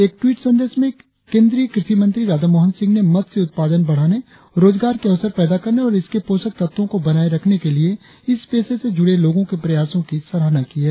एक टवीट संदेश में कृषि मंत्री राधा मोहन सिंह ने मत्स्य उत्पादन बढ़ाने रोजगार के अवसर पैदा करने और इसके पोषक तत्वों को बनाये रखने के लिए इस पेशे से जुड़े लोगों के प्रयासो की सराहना की है